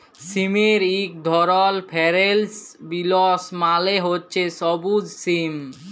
সিমের ইক ধরল ফেরেল্চ বিলস মালে হছে সব্যুজ সিম